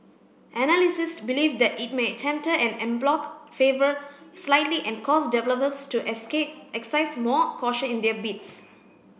believe that it may en bloc fervour slightly and cause developers to exercise more caution in their bids